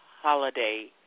holiday